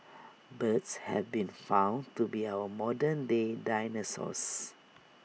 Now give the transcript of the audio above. birds have been found to be our modern day dinosaurs